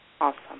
Awesome